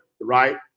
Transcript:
right